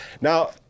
Now